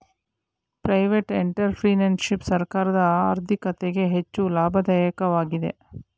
private entrepreneurship ಸರ್ಕಾರದ ಆರ್ಥಿಕತೆಗೆ ಹೆಚ್ಚು ಲಾಭದಾಯಕವಾಗಿದೆ